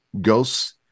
Ghosts